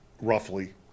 Roughly